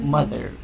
Mother